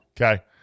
Okay